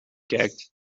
kijkt